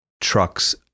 trucks